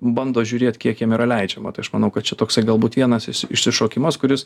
bando žiūrėt kiek jiem yra leidžiama tai aš manau kad čia toksai galbūt vienas iš išsišokimas kuris